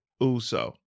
Uso